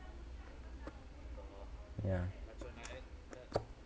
ya